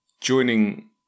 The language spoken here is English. joining